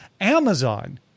Amazon